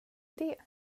det